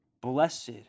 blessed